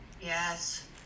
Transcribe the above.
Yes